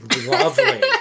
Lovely